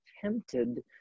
tempted